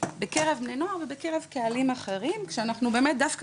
בקרב בני נוער ובקרב קהלים אחרים שאנחנו באמת דווקא